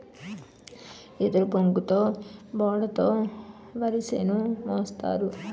ఎదురుబొంగుతో బోడ తో వరిసేను మోస్తారు